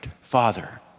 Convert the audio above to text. Father